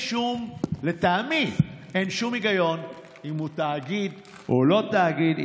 לטעמי אין שום היגיון אם הוא תאגיד או לא תאגיד,